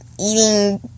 eating